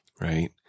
right